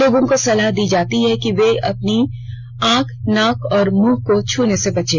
लोगों को सलाह दी जाती है कि वे अपनी आंख नाक और मुंह को छूने से बचें